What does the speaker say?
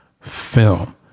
film